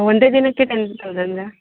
ಒಂದೇ ದಿನಕ್ಕೆ ಟೆನ್ ತೌಸಂಡಾ